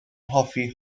hoffi